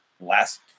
last